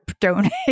donate